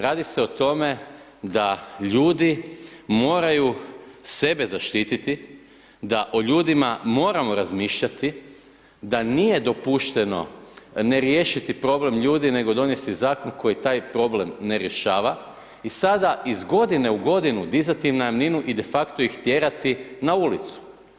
Radi se o tome da ljudi moraju sebe zaštititi, da o ljudima moramo razmišljati, da nije dopušteno ne riješiti problem ljudi nego donesti zakon koji taj problem ne rješava i sada iz godine u godinu dizati najamninu i de facto ih tjerati na ulicu.